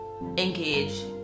engage